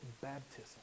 baptism